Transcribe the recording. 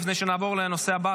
לפני שנעבור לנושא הבא,